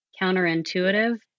counterintuitive